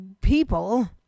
people